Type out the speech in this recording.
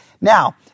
Now